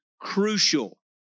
crucial